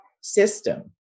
system